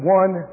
one